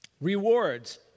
Rewards